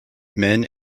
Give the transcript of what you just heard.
men